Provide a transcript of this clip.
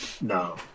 No